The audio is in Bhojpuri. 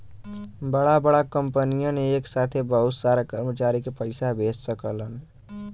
बड़ा बड़ा कंपनियन एक साथे बहुत सारा कर्मचारी के पइसा भेज सकलन